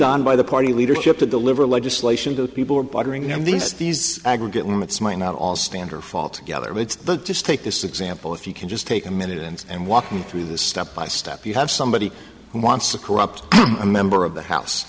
on by the party leadership to deliver legislation that people are bothering them these these aggregate limits might not all stand or fall together but it's just take this example if you can just take a minute and walking through this step by step you have somebody who wants to corrupt a member of the house